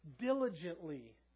diligently